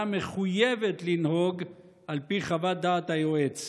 מחויבת לנהוג על פי חוות דעת של היועץ.